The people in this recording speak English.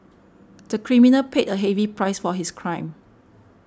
the criminal paid a heavy price for his crime